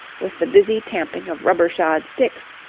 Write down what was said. with the busy tamping of rubber-shod sticks,